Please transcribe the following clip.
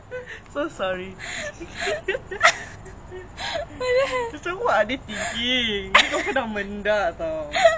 kasi surprised kasi us another surprise